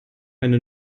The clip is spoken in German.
eine